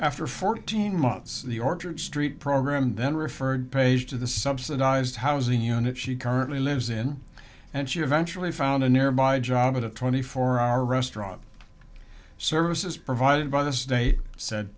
after fourteen months the orchard street program then referred page to the subsidized housing unit she currently lives in and she eventually found a nearby job with a twenty four hour restaurant services provided by the state said